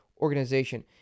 organization